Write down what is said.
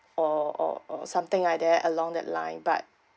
or or or something like that along that line but